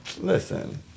Listen